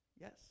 Yes